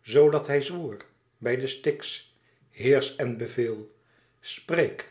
zoo dat hij zwoer bij den styx heersch en beveel spreek